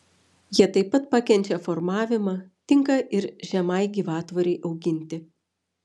jie taip pat pakenčia formavimą tinka ir žemai gyvatvorei auginti